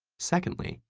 secondly,